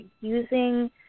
using